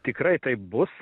tikrai taip bus